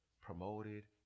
promoted